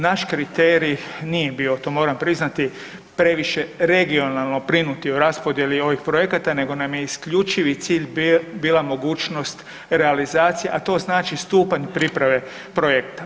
Naš kriterij nije bio to moram bio priznati previše regionalno brinuti o raspodjeli ovih projekata nego nam je isključivi cilj bila mogućnost realizacije, a to znači stupanj priprave projekta.